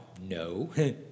no